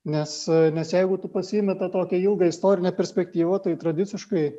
nes nes jeigu tu pasiimi tą tokią ilgą istorinę perspektyvą tai tradiciškai